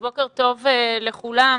שלמון.